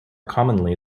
commonly